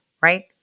right